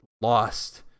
lost